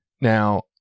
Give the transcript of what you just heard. Now